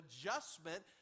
adjustment